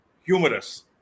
humorous